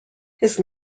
his